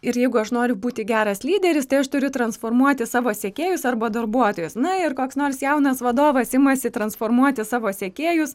ir jeigu aš noriu būti geras lyderis tai aš turiu transformuoti savo sekėjus arba darbuotojus na ir koks nors jaunas vadovas imasi transformuoti savo sekėjus